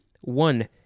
One